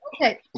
okay